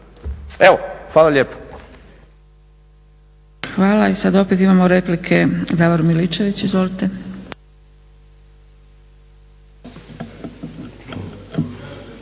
Evo hvala lijepo.